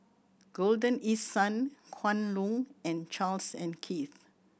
Golden East Sun Kwan Loong and Charles and Keith